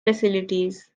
facilities